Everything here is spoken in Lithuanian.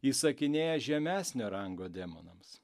įsakinėja žemesnio rango demonams